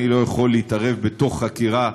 אני לא יכול להתערב בתוך חקירה ספציפית,